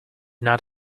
not